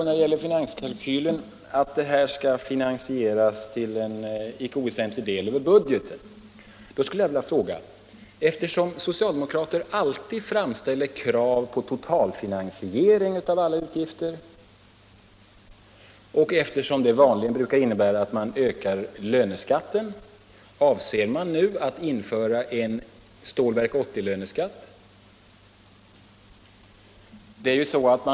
När det gäller finanskalkylen har vi fått reda på att finansieringen skall ske till icke oväsentlig del över budgeten. Eftersom socialdemokrater alltid framställer krav på totalfinansiering av alla utgifter och eftersom det vanligen brukar innebära att man ökar löneskatten, vill jag fråga: Avser man nu att införa en Stålverk 80-löneskatt?